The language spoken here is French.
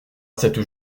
cette